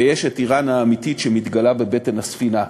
ויש איראן האמיתית שמתגלה בבטן הספינה,